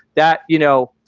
that, you know,